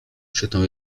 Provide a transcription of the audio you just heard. krzyknął